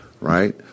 right